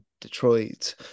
Detroit